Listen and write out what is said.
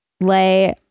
lay